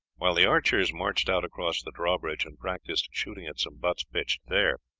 while the archers marched out across the drawbridge and practised shooting at some butts pitched there.